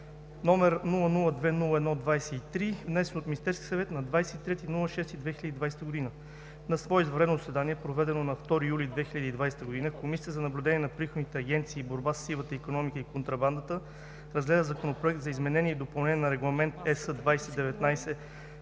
№ 002-01-23, внесен от Министерския съвет на 23 юни 2020 г. На свое извънредно заседание, проведено на 2 юли 2020 г., Комисията за наблюдение на приходните агенции и борба със сивата икономика и контрабандата, разгледа Законопроект за изменение и допълнение на Регламент (ЕС) 2019/125